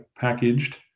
packaged